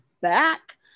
back